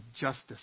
justice